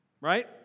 Right